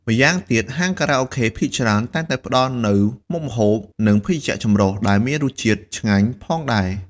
ម្យ៉ាងទៀត ហាងខារ៉ាអូខេភាគច្រើន តែងផ្តល់ជូននូវ មុខម្ហូប និងភេសជ្ជៈចម្រុះ ដែលមានរសជាតិឆ្ងាញ់ផងដែរ។